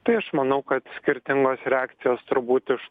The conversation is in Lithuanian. tai aš manau kad skirtingos reakcijos turbūt iš